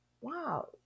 wow